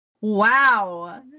Wow